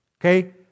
Okay